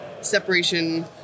separation